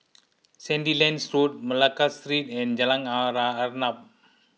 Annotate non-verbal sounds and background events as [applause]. Sandilands Road Malacca Street and Jalan [unintelligible] Arnap